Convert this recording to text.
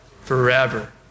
Forever